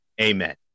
Amen